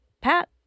Pat